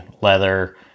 leather